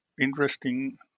interesting